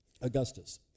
Augustus